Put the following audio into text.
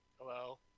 Hello